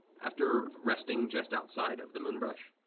after resting just outside of the moonbrush,